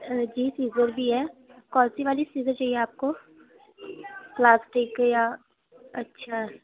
جی scissor بھی ہے کون سی والی سیزر چاہیے آپ کو پلاسٹک کی یا اچھا